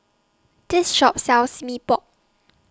This Shop sells Mee Pok